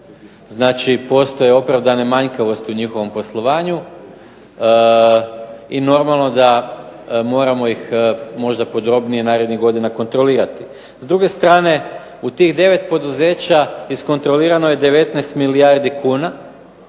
Znači, postoje opravdane manjkavosti u njihovom poslovanju i normalno da moramo ih možda podrobnije narednih godina kontrolirati. S druge strane, u tih 9 poduzeća iskontrolirano je 19 milijardi kuna